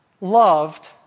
loved